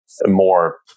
more